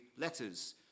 letters